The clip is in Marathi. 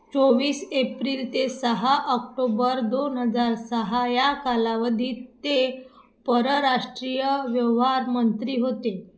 चोवीस एप्रिल ते सहा ऑक्टोबर दोन हजार सहा या कालावधीत ते परराष्ट्रीय व्यवहारमंत्री होते